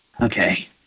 okay